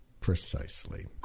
precisely